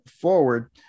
forward